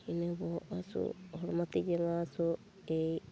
ᱤᱱᱟᱹ ᱵᱚᱦᱚᱜ ᱦᱟᱹᱥᱩ ᱦᱚᱲᱢᱚ ᱛᱤ ᱡᱟᱜᱟ ᱦᱟᱹᱥᱩ ᱮᱫ